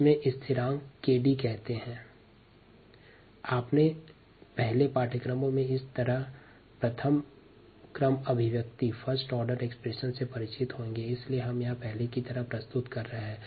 हम यहां first order या प्रथम क्रम अभिव्यक्ति प्रस्तुत रहे हैं